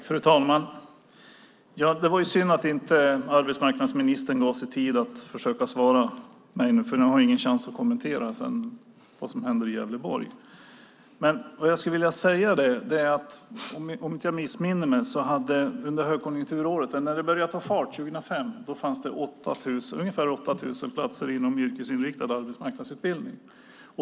Fru talman! Det var synd att inte arbetsmarknadsministern gav sig tid att försöka svara mig, för jag har ingen möjlighet att i ett ytterligare inlägg kommentera sedan vad som händer i Gävleborg. Vad jag skulle vilja säga är att om jag inte missminner mig så fanns det ungefär 8 000 platser inom yrkesinriktad arbetsmarknadsutbildning när högkonjunkturen började ta fart under 2005.